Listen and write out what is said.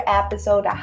episode